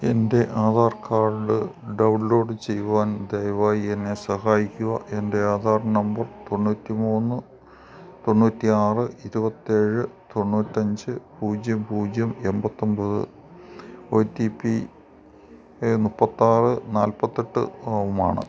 എൻ്റെ Aadhaar card download ചെയ്യുവാൻ ദയവായി എന്നെ സഹായിക്കുക എൻ്റെ ആധാർ നമ്പർ തൊണ്ണൂറ്റി മൂന്ന് തൊണ്ണൂറ്റി ആറ് ഇരുപത്തേഴ് തൊണ്ണൂറ്റി അഞ്ച് പൂജ്യം പൂജ്യം എൺപത്തി ഒൻപത് ഒ റ്റീ പി മുപ്പത്തി ആറ് നാൽപ്പത്തി എട്ട് ആണ്